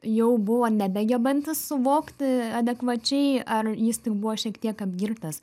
jau buvo nebegebantis suvokti adekvačiai ar jis tik buvo šiek tiek apgirtęs